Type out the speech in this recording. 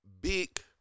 big